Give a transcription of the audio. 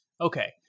Okay